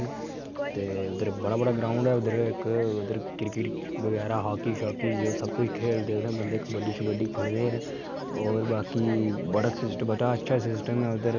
ते उद्धर बड़ा बड्डा ग्राऊंड ऐ उधर इक क्रिकेट ऐंड हाकी शाकी बगैरा सब कुछ खेढदे उत्थै कोई कबड्डी शबड्डी खेढ़दे न और बाकी बड़ा सिस्टम जेह्ड़ा अच्छा सिस्टम ऐ उद्धर एह्